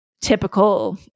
typical